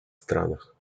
странах